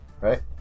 Right